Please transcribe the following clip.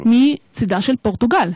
מצידה של פורטוגל.